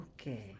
Okay